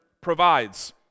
provides